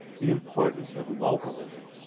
the importance of localism,